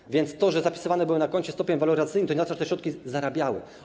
Tak więc to, że zapisywane były na koncie, stopień waloryzacyjny i to, na co te środki zarabiały.